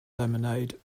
lemonade